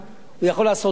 הוא יכול לעשות רע,